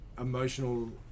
emotional